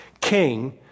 king